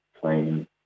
playing